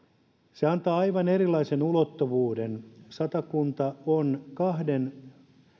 se antaa aivan erilaisen ulottuvuuden satakunta on kahden